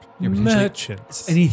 Merchants